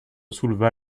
souleva